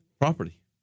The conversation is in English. property